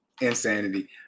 Insanity